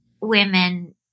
women